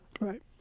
Right